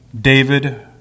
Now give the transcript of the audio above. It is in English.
David